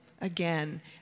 again